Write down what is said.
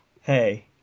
Hey